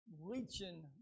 reaching